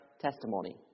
testimony